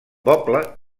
poble